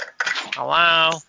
Hello